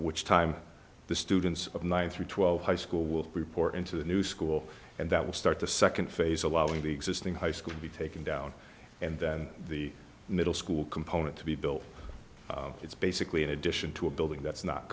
which time the students of nine through twelve high school will report into the new school and that will start the nd phase allowing the existing high school to be taken down and then the middle school component to be built it's basically an addition to a building that's not